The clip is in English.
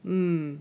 mm